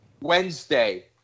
Wednesday